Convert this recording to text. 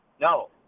No